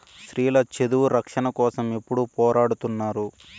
స్త్రీల చదువు రక్షణ కోసం ఎప్పుడూ పోరాడుతున్నారు